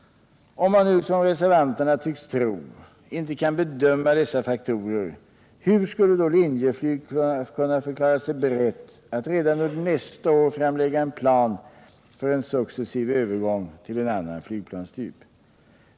Om man nu, som reservanterna tycks tro, inte kan bedöma dessa faktorer, hur skulle då Linjeflyg kunna förklara sig berett att redan under nästa år framlägga en plan för en successiv övergång till annan flygplanstyp?